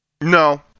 No